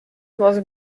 was